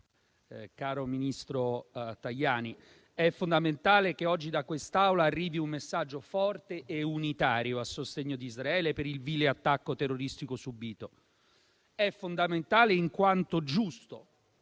Tajani, colleghi, è fondamentale che oggi da quest'Aula arrivi un messaggio forte e unitario a sostegno di Israele per il vile attacco terroristico subito. È fondamentale in quanto giusto,